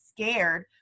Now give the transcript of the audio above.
scared